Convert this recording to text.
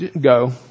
go